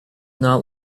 not